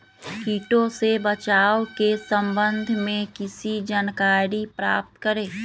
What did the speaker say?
किटो से बचाव के सम्वन्ध में किसी जानकारी प्राप्त करें?